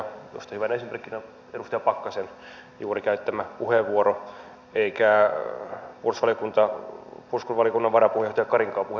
tuosta hyvänä esimerkkinä edustaja pakkasen juuri käyttämä puheenvuoro eikä puolustusvaliokunnan varapuheenjohtaja karinkaan puheenvuoro huono ollut